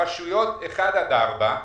ברשויות במצב סוציו אקונומי אחד עד ארבע,